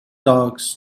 dogs